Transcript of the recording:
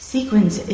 Sequence